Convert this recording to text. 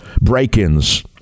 break-ins